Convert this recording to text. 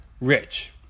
rich